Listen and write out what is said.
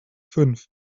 fünf